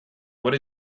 what